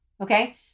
Okay